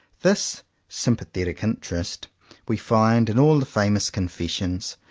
this sympathetic interest we find in all the famous confessions,